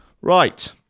Right